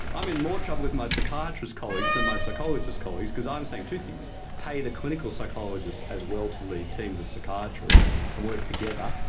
i am in more trouble with my psychiatrist colleagues than my psychologist colleagues because i am saying two things pay the clinical psychologists as well to lead teams of psychiatrists and work together,